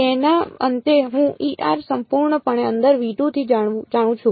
તેના અંતે હું સંપૂર્ણપણે અંદર થી જાણું છું